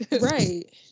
Right